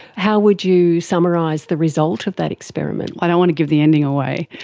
how would you summarise the result of that experiment? i don't want to give the ending away!